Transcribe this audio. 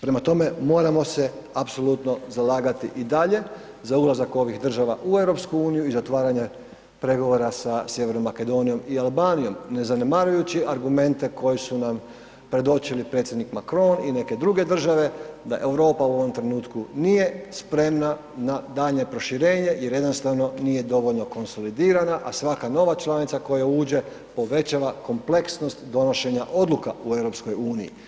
Prema tome, moramo se apsolutno zalagati i dalje za ulazak ovih država u EU i zatvaranje pregovora sa Sjevernom Makedonijom i Albanijom ne zanemarujući argumente koji su nam predočili predsjednik Macron i neke druge države da Europa u ovom trenutku nije spremna na daljnje proširenje jer jednostavno nije dovoljno konsolidirana, a svaka nova članica koja uđe povećava kompleksnost donošenja odluka u EU.